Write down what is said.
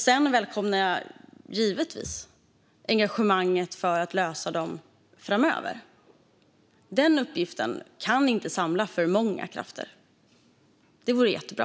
Sedan välkomnar jag givetvis engagemanget för att lösa problem framöver. Den uppgiften kan inte samla för många krafter. Det vore jättebra.